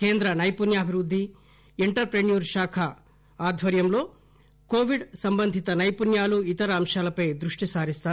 కేంద్ర నైపుణ్యాభివృద్ది entrepreneurship మంత్రిత్వశాఖ ఆధ్వర్యంలో కోవిడ్ సంబంధిత సైపుణ్యాలు ఇతర అంశాలపై దృష్టి సారిస్తారు